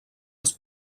els